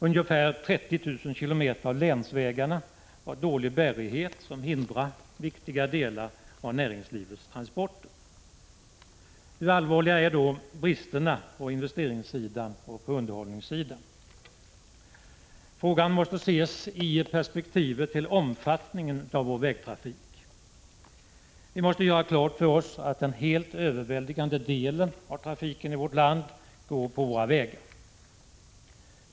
Ungefär 30 000 km av länsvägarna har dålig bärighet, som hindrar viktiga delar av näringslivets transporter. Hur allvarliga är dessa brister på investeringssidan och på underhållssidan? Frågan måste ses i relation till omfattningen av vår vägtrafik. Vi måste göra klart för oss att den helt överväldigande delen av trafiken i vårt land går på våra vägar.